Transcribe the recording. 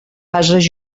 bases